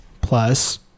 plus